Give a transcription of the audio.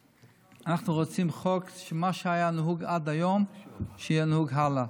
אנחנו רוצים חוק שמה שהיה נהוג עד היום יהיה נהוג הלאה.